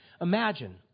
Imagine